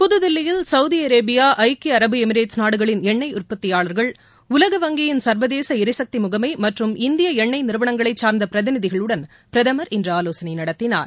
புதுதில்லியில் Saudi Arabia நாடுகளின் எண்ணய் உற்பத்தியாளர்கள் உலக வங்கியின் சர்வதேச ளிசக்தி முகமை மற்றும் இந்திய எண்ணெய் நிறுவனங்களைச் சார்ந்த பிரதிநிதிகளுடன் பிரதமர் இன்று ஆலோசனை நடத்தினார்